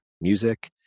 music